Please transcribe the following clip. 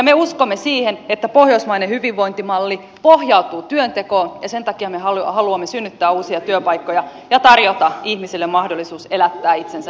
me uskomme siihen että pohjoismainen hyvinvointimalli pohjautuu työntekoon ja sen takia me haluamme synnyttää uusia työpaikkoja ja tarjota ihmisille mahdollisuuden elättää itsensä työnteolla